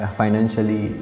financially